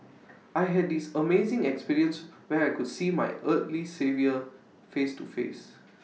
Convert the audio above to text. I had this amazing experience where I could see my earthly saviour face to face